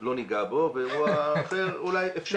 לא ניגע בו, ואירוע אחר אולי אפשר.